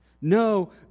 No